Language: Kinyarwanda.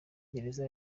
gereza